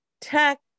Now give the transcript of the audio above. tech